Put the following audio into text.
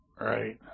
Right